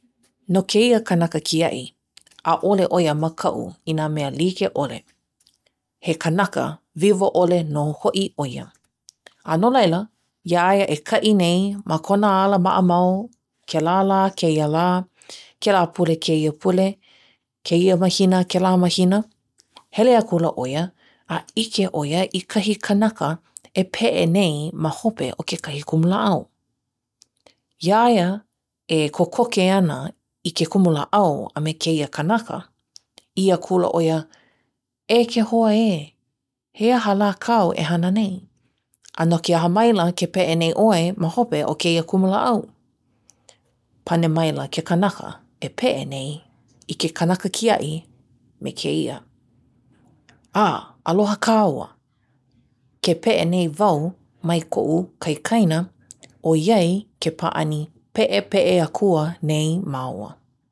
no kēia kanaka kiaʻi, ʻaʻole ʻo ia makaʻu i nā mea like ʻole. he kanaka wiwoʻole nō hoʻi ʻo ia. a no laila, iā ia e kaʻi nei ma kona ala maʻamau, kēlā lā kēia lā, kēlā pule kēia pule, kēia mahina kēlā mahina, hele akula ʻo ia a ʻike ʻo ia i kahi kanaka e peʻe nei ma hope o kekahi kumulāʻau. iā ia e kokoke ana i ke kumulāʻau a me kēia kanaka, ʻī akula ʻo ia, "e ke hoa ē, he aha lā kāu e hana nei? a no ke aha maila ke peʻe nei ʻoe ma hope o kēia kumulāʻau?" pane maila ke kanaka e peʻe nei i ke kanaka kiaʻi me kēia, "a, aloha kāua! ke peʻe nei wau mai koʻu kaikaina ʻoiai ke pāʻani peʻepeʻe aku nei māua."